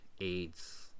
AIDS